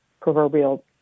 proverbial